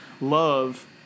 love